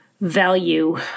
value